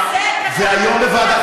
כזה קטן.